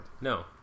No